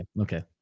Okay